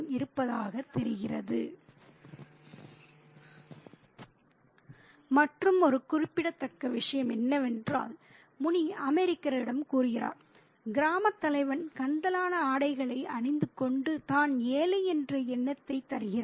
இருப்பதாகத் தெரிகிறது மற்றுமொரு குறிப்பிடத்தக்க விஷயம் என்னவென்றால் முனி அமெரிக்கரிடம் கூறுகிறார் கிராமத் தலைவன் கந்தலான ஆடைகளை அணிந்துகொண்டு தான் ஏழை என்ற எண்ணத்தைத் தருகிறான்